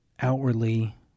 outwardly